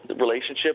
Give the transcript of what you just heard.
relationship